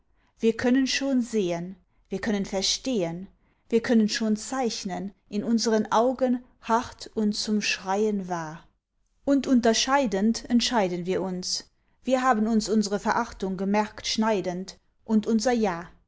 wir können schon sehen wir können verstehen wir können schon zeichnen in unsern augen hart und zum schreien wahr und unterscheidend entscheiden wir uns wir haben uns unsre verachtung gemerkt schneidend und unser ja